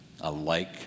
Alike